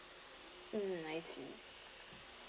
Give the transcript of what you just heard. mm I see